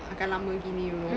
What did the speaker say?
akan lama gini you know